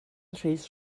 rhys